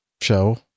show